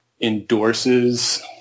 endorses